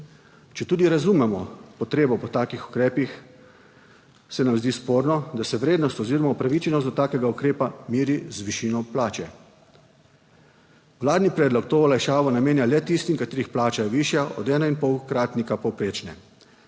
četudi razumemo potrebo po takih ukrepih, se nam zdi sporno, da se vrednost oziroma upravičenost do takega ukrepa meri z višino plače. Vladni predlog to olajšavo namenja le tistim, katerih plača je višja od ena in pol kratnika povprečne.